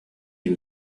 him